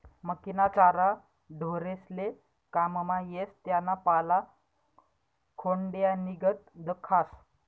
मक्कीना चारा ढोरेस्ले काममा येस त्याना पाला खोंड्यानीगत दखास